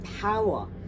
power